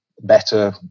better